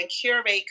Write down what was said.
curate